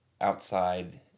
outside